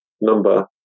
number